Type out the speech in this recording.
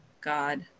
God